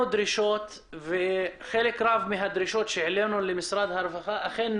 דרישת וחלק גדול מהדרישות שהעלינו למשרד הרווחה אכן נענו.